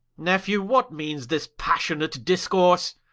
nephew, what meanes this passionate discourse?